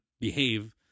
behave